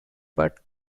but